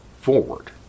forward